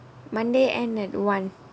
monday end at one